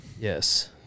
Yes